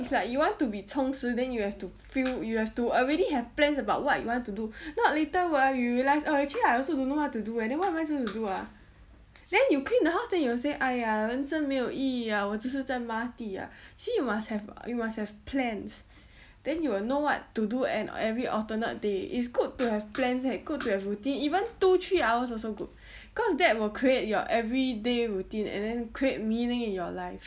it's like you want to be 冲刺 then you have to feel you have to already have plans about what you want to do not later !wah! you realise oh actually I also don't know what to eh then what am I supposed do ah then you clean the house then you will say !aiya! 人生没有意义 ah 我只是在抹地 ah see you must have you must have plans then you will know what to do and every alternate day it's good to have plans good eh good to have routine even two three hours also good cause that will create your everyday routine and then create meaning in your life